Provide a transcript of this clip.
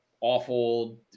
awful